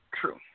True